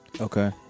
Okay